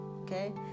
Okay